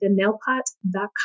thenailpot.com